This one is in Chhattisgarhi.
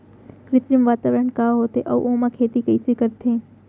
कृत्रिम वातावरण का होथे, अऊ ओमा खेती कइसे करथे?